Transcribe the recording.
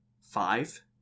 five